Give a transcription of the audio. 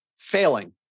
Failing